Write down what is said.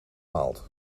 maalt